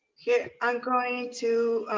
here, i'm going to